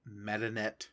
metanet